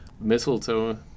mistletoe